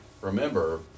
Remember